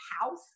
house